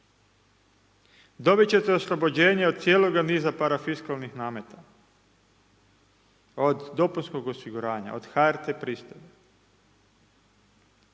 Dobiti ćete oslobođenje od cijeloga niza parafiskalnih nameta od dopunskog osiguranja od HRT pristojbi.